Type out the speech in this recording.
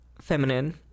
feminine